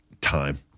time